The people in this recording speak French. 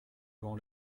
avant